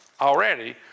already